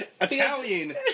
Italian